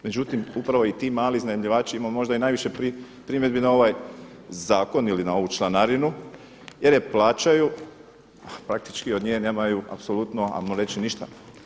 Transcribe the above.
Međutim, upravo i ti mali iznajmljivači imaju možda i najviše primjedbi na ovaj zakon ili na ovu članarinu jer je plaćaju a praktički od nje nemaju apsolutno ajmo reći ništa.